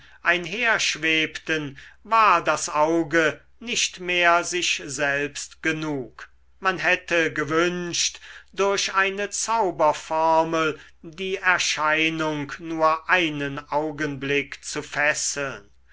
einherschwebten war das auge nicht mehr sich selbst genug man hätte gewünscht durch eine zauberformel die erscheinung nur einen augenblick zu fesseln